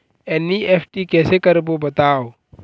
NEFT कैसे करबो बताव?